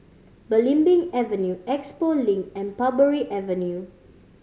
Belimbing Avenue Expo Link and Parbury Avenue